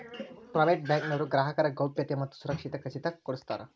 private bank ನವರು ಗ್ರಾಹಕರ ಗೌಪ್ಯತೆ ಮತ್ತ ಸುರಕ್ಷತೆ ಖಚಿತ ಕೊಡ್ಸತಾರ